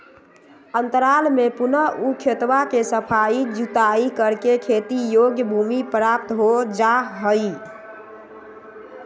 अंतराल में पुनः ऊ खेतवा के सफाई जुताई करके खेती योग्य भूमि प्राप्त हो जाहई